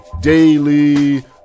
Daily